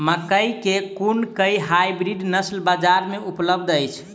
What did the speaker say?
मकई केँ कुन केँ हाइब्रिड नस्ल बजार मे उपलब्ध अछि?